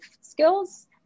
skills